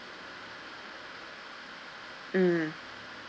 mm